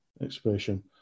expression